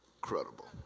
credible